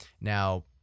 Now